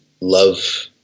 love